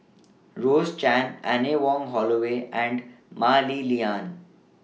Rose Chan Anne Wong Holloway and Mah Li Lian